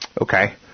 Okay